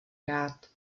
rád